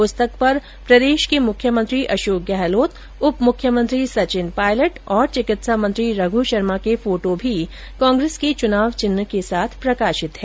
पुस्तक पर राजस्थान के मुख्यमंत्री अशोक गहलोत उपमुख्यमंत्री सचिन पायलट और चिकित्सा मंत्री रघु शर्मा के फोटो भी कांग्रेस के चुनाव चिन्ह के साथ प्रकाशित हैं